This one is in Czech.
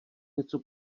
něco